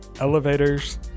elevators